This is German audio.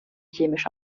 chemische